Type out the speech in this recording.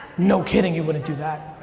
no kidding, you wouldn't do that.